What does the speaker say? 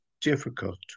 difficult